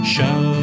Show